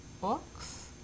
Books